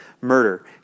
murder